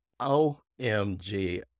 OMG